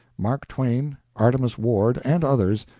mark twain, artemus ward, and others,